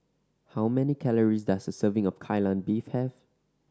how many calories does a serving of Kai Lan Beef have